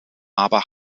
aber